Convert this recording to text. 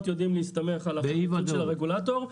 יודעים להסתמך על החלטות של הרגולטור.